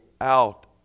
out